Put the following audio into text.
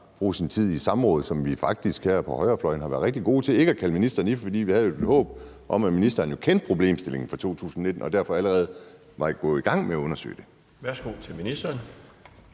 bruge sin tid i samråd, som vi faktisk her på højrefløjen har været rigtig gode til ikke at kalde ministeren i, fordi vi jo havde et håb om, at ministeren kendte problemstillingen fra 2019 og man derfor allerede var gået i gang med at undersøge det? Kl. 18:15 Den